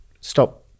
stop